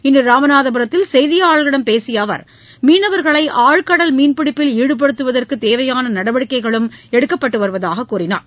இன்றுராமநாதபுரத்தில் செய்தியாளர்களிடம் பேசியஅவர் மீனவர்களைஆழ்கடல் மீன்பிடிப்பில் ஈடுபடுத்துவதற்குதேவையானநடவடிக்கைகளும் எடுக்கப்பட்டுவருவதாககூறினார்